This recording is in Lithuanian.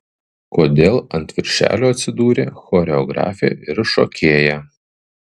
kodėl ant viršelio atsidūrė choreografė ir šokėja